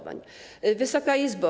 Wysoka Izbo!